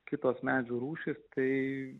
kitos medžių rūšys kai